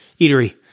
eatery